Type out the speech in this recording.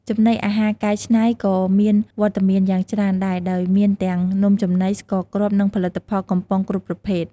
ចំណីអាហារកែច្នៃក៏មានវត្តមានយ៉ាងច្រើនដែរ ដោយមានទាំង នំចំណី ស្ករគ្រាប់ និងផលិតផលកំប៉ុង គ្រប់ប្រភេទ។